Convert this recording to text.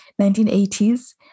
1980s